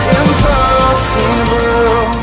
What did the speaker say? impossible